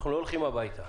אנחנו לא הולכים הביתה.